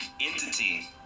entity